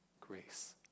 grace